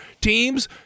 teams